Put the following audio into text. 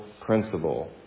principle